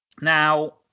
Now